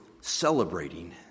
celebrating